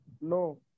No